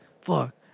Fuck